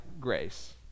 grace